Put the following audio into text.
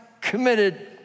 committed